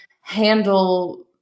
handle